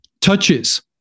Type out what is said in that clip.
touches